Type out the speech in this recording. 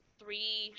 three